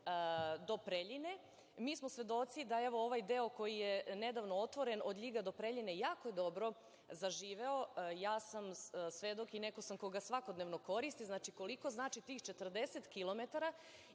do Preljine. Mi smo svedoci da ovaj deo koji je nedavno otvoren od LJiga do Preljine jako dobro zaživeo. Svedok sam i neko sam ko ga svakodnevno koristi. Znači, koliko znači tih 40 kilometara